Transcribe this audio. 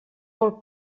molt